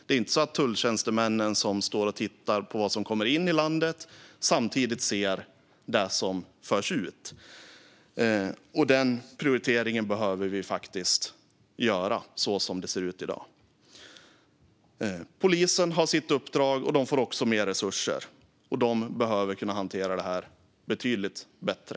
Det är inte så att de tulltjänstemän som står och tittar på vad som kommer in i landet samtidigt ser det som förs ut. Den prioriteringen behöver vi faktiskt göra, som det ser ut i dag. Polisen har sitt uppdrag, och de får mer resurser. De behöver kunna hantera detta betydligt bättre.